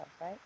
right